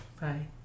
Bye